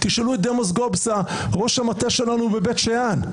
תשאלו את דמוז גובזה, ראש המטה שלנו בבית שאן.